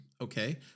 Okay